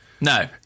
No